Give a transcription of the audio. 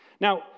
Now